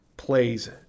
Plays